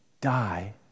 die